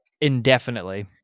Indefinitely